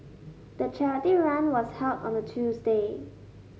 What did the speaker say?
the charity run was held on a Tuesday